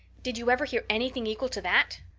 did you ever hear anything equal to that?